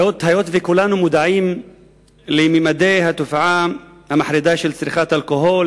היות שכולנו מודעים לממדי התופעה המחרידה של צריכת אלכוהול,